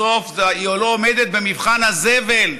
בסוף היא לא עומדת במבחן הזבל.